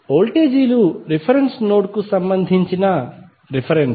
వోల్టేజీలు reference node కు సంబంధించిన రిఫరెన్స్